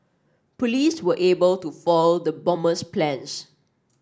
police were able to foil the bomber's plans